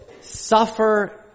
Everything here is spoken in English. suffer